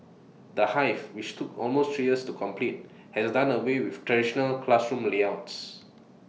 the hive which took almost three years to complete has done away with traditional classroom layouts